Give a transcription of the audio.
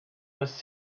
was